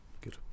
Good